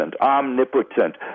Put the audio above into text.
omnipotent